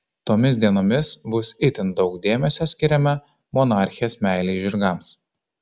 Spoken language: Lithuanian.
tomis dienomis bus itin daug dėmesio skiriama monarchės meilei žirgams